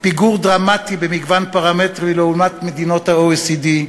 פיגור דרמטי במגוון פרמטרים לעומת מדינות ה-OECD,